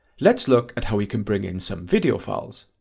let's look at how we can bring in some video files.